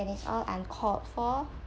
and it's all uncalled for